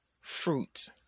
fruit